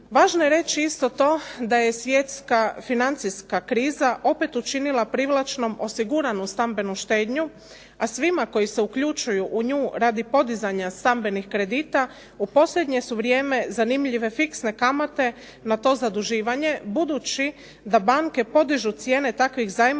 Važno je reći isto to da je svjetska financijska kriza opet učinila privlačnom osiguranu stambenu štednju, a svima koji se uključuju u nju radi podizanja stambenih kredita, u posljednje su vrijeme zanimljive fiksne kamate na to zaduživanje, budući da banke podižu cijene takvih zajmova